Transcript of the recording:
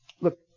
Look